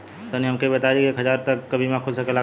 तनि हमके इ बताईं की एक हजार तक क बीमा खुल सकेला का?